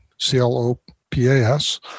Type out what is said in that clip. C-L-O-P-A-S